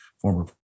former